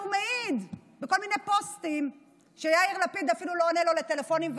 הוא מעיד בכל מיני פוסטים שיאיר לפיד אפילו לא עונה לו לטלפונים,